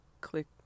click